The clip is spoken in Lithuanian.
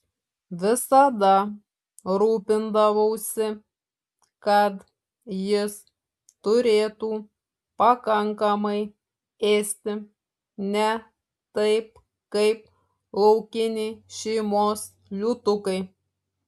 visada rūpindavausi kad jis turėtų pakankamai ėsti ne taip kaip laukiniai šeimos liūtukai